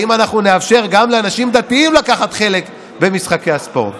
האם אנחנו נאפשר גם לאנשים דתיים לקחת חלק במשחקי הספורט?